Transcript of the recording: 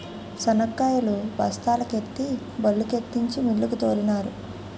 శనక్కాయలు బస్తాల కెత్తి బల్లుకెత్తించి మిల్లుకు తోలినారు